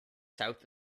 south